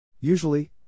Usually